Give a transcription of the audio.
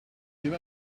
sugar